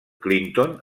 clinton